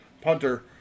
punter